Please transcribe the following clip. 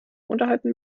unterhalten